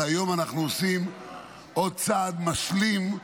והיום אנחנו עושים עוד צעד משלים,